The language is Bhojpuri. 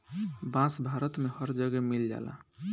बांस भारत में हर जगे मिल जाला